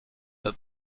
but